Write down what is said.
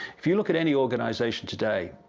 if you look at any organization today,